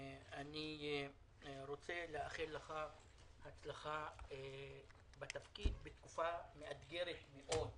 אני רוצה לאחל לך הצלחה בתפקיד בתקופה מאתגרת מאד.